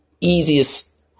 easiest